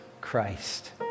Christ